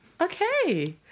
Okay